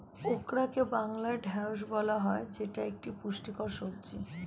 ওকরাকে বাংলায় ঢ্যাঁড়স বলা হয় যেটা একটি পুষ্টিকর সবজি